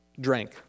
drank